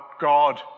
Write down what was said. God